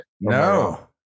No